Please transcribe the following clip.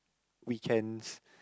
weekends